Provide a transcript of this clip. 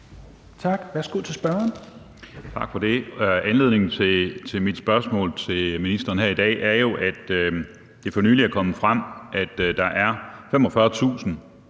Skaarup (DF): Tak for det. Anledningen til mit spørgsmål til ministeren her i dag er jo, at det for nylig er kommet frem, at der er 45.000